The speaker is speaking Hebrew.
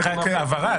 סליחה, הבהרה.